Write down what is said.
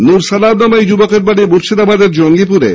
নুর সালাম নামে ওই যুবকের বাড়ি মূর্শিদাবাদের জঙ্গিপুরে